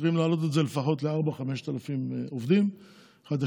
צריכים להעלות את זה לפחות ל-4,000 או 5,000 עובדים חדשים,